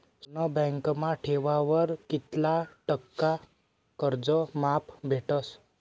सोनं बँकमा ठेवावर कित्ला टक्का कर्ज माफ भेटस?